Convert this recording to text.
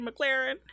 McLaren